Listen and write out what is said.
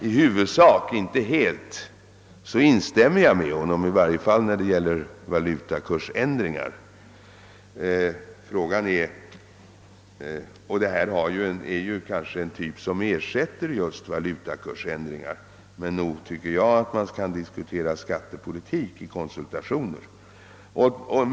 I huvudsak — inte helt — instämmer jag med honom, i varje fall när det gäller valutakursändringar. Den åtgärd som vidtogs ersätter kanske just valutakursändringar. Men nog tycker jag att man kan diskutera skattepolitik vid konsultationer.